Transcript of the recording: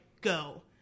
go